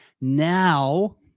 Now